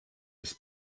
des